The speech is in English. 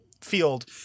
field